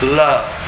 love